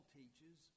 teaches